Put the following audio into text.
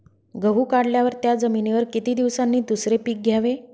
गहू काढल्यावर त्या जमिनीवर किती दिवसांनी दुसरे पीक घ्यावे?